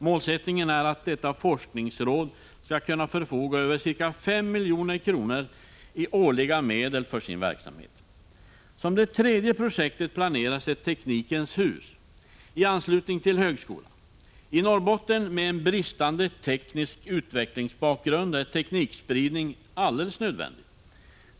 Målsättningen är att detta forskningsråd skall kunna förfoga över ca 5 milj.kr. i årliga medel för sin verksamhet. Som det tredje projektet planeras ett Teknikens hus i anslutning till högskolan. I Norrbotten, med en bristande teknisk utvecklingsbakgrund, är teknikspridning alldeles nödvändig.